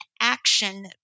action